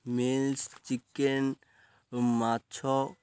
meals chicken ମାଛ